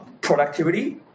productivity